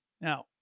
Now